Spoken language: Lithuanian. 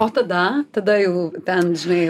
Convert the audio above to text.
o tada tada jau ten žinai